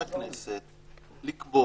הכנסת לקבוע.